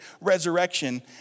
resurrection